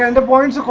and board's